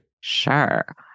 Sure